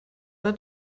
alle